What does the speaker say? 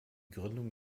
gründung